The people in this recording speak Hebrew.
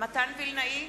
מתן וילנאי,